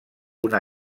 una